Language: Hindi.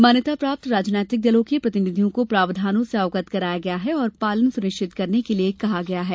मान्यता प्राप्त राजनैतिक दलों के प्रतिनिधियों को प्रावधानों से अवगत कराया गया है और पालन सुनिश्चित करने के लिये कहा गया है